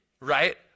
right